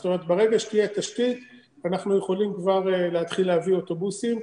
זאת אומרת ברגע שתהיה תשתית אנחנו יכולים כבר להתחיל להביא אוטובוסים.